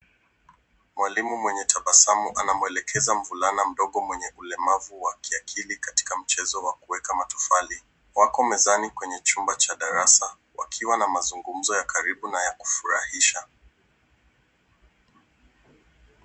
Mwalimu mwenye tabasamu anamwelekeza mvulana mdogo mwenye ulemavu wa kiakili katika mchezo wa kuweka matofali. Wako mezani kwenye chumba cha darasa wakiwa na mazungumzo ya karibu na ya kufurahisha.